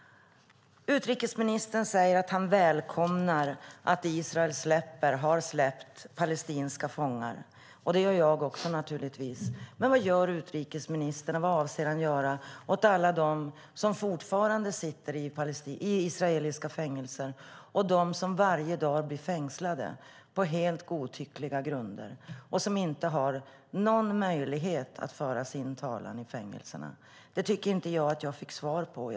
Utrikesministern säger att han välkomnar att Israel har släppt palestinska fångar; det gör jag också naturligtvis. Men vad gör utrikesministern, och vad avser han att göra, åt alla dem som fortfarande sitter i israeliska fängelser och åt dem som varje dag blir fängslade på helt godtyckliga grunder och inte har någon möjlighet att föra sin talan i fängelserna? Jag tycker inte att jag fick svar på den frågan.